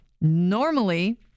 normally